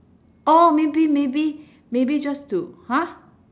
oh maybe maybe maybe just to !huh!